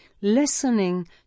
listening